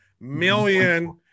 million